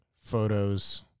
photos